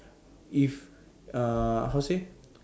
if uh how to say